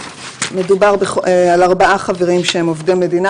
מדובר על ארבעה חברים שהם עובדי מדינה,